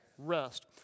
rest